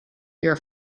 your